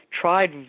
tried